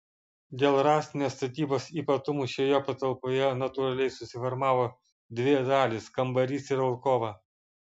dėl rąstinės statybos ypatumų šioje patalpoje natūraliai susiformavo dvi dalys kambarys ir alkova